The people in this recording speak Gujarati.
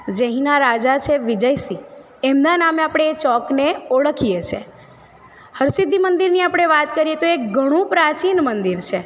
જે અહીંયા રાજા છે વિજયસિંહ એમના નામે આપણે એ ચોકને ઓળખીએ છે હરસિધ્ધિ મંદિરની આપણે વાત કરીએ તો એ ઘણું પ્રાચીન મંદિર છે